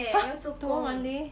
!huh! tomorrow monday